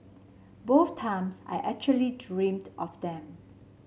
both times I actually dreamed of them